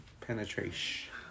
Penetration